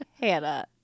hannah